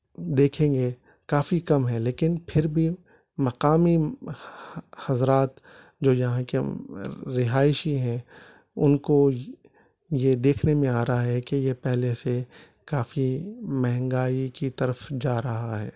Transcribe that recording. دیکھیں گے کافی کم ہے لیکن پھر بھی مقامی حضرات جو یہاں کے رہائشی ہیں ان کو یہ دیکھنے میں آ رہا ہے کہ یہ پہلے سے کافی مہنگائی کی طرف جا رہا ہے